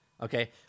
Okay